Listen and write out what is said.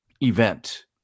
event